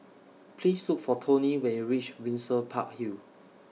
Please Look For Toni when YOU REACH Windsor Park Hill